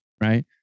right